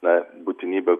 na būtinybę